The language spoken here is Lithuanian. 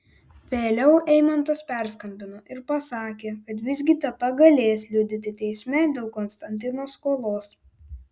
vėliau eimantas perskambino ir pasakė kad visgi teta galės liudyti teisme dėl konstantino skolos